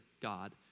God